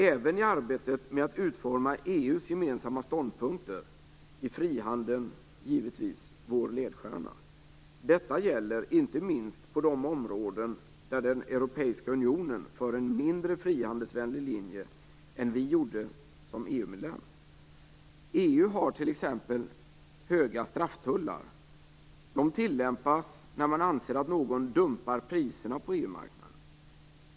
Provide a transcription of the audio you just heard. Även i arbetet med att utforma EU:s gemensamma ståndpunkter är frihandeln givetvis vår ledstjärna. Detta gäller inte minst på de områden där den europeiska unionen för en mindre frihandelsvänlig linje än vi gjorde som icke-medlemmar. EU har t.ex. höga strafftullar. De tillämpas när man anser att någon dumpar priserna på EU marknaden.